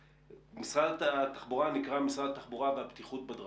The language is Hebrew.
משרד התחבורה נקרא "משרד התחבורה והבטיחות בדרכים".